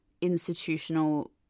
institutional